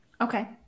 Okay